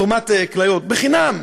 בחינם.